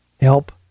Help